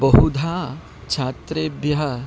बहुधा छात्रेभ्यः